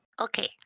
Okay